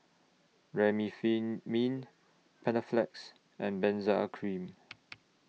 Remifemin Panaflex and Benzac A Cream